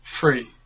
free